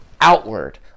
outward